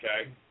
okay